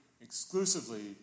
exclusively